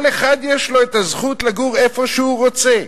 "כל אחד יש לו הזכות לגור איפה שהוא רוצה,